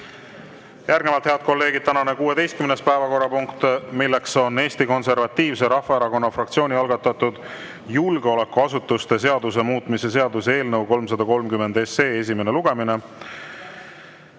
välja. Järgnevalt, head kolleegid, on tänane 16. päevakorrapunkt, Eesti Konservatiivse Rahvaerakonna fraktsiooni algatatud julgeolekuasutuste seaduse muutmise seaduse eelnõu 330 esimene lugemine.